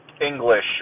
English